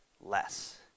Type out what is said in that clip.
less